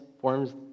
forms